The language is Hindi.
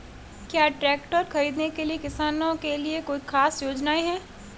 क्या ट्रैक्टर खरीदने के लिए किसानों के लिए कोई ख़ास योजनाएं हैं?